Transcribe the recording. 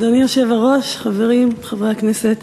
אדוני היושב-ראש, חברים, חברי הכנסת,